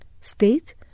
state